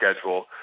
schedule